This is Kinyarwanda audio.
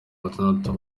batandatu